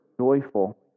joyful